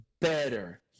better